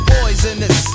Poisonous